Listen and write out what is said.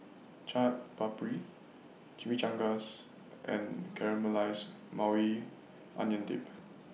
Chaat Papri Chimichangas and Caramelized Maui Onion Dip